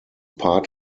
part